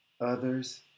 others